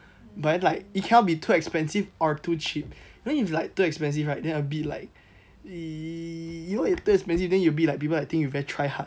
but then like it cannot be too expensive or too cheap then if like too expensive right then a bit like !ee! you know if too expensive then you will be like people like think you very try hard